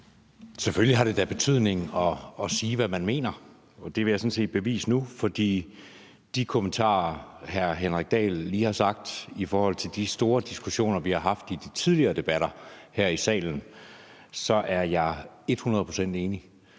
Selvfølgelig har det da betydning at sige, hvad man mener. Det vil jeg sådan set bevise nu, for med de kommentarer, hr. Henrik Dahl lige er kommet med i forhold til de store diskussioner, vi har haft i tidligere debatter her i salen, er jeg et hundrede procent enig.